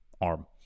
arm